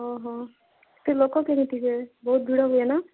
ଓ ହଃ ଲୋକ କେମିତି ହୁଏ ବହୁତ ଭିଡ଼ ହୁଏ ନା